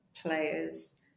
players